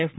F